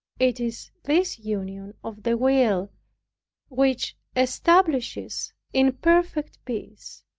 it is this union of the will which establishes in perfect peace.